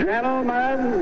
Gentlemen